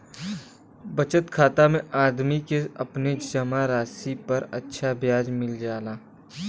बचत खाता में आदमी के अपने जमा राशि पर अच्छा ब्याज मिल जाला